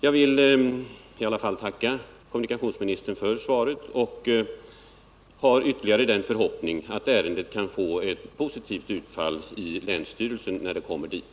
Jag vill i alla fall tacka kommunikationsministern för svaret, och jag har den förhoppningen att ärendet skall få en positiv behandling i länsstyrelsen när det kommer dit.